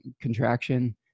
contraction